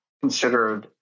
considered